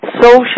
social